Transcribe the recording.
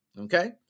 Okay